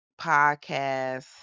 podcast